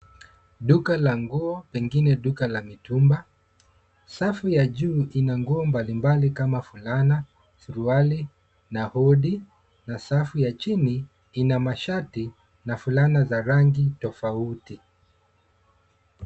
Duka la nguo pengine duka la mitumba. Safu ya juu ina nguo mbalimbali kama ,fulana, suruali na hudi na safu ya chini ina mashati na fulana za rangi tofauti.